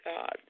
God